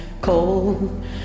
cold